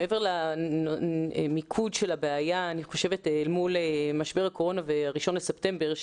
מעבר למיקוד של הבעיה מול משבר הקורונה וה-1 לספטמבר,